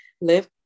live